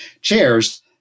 chairs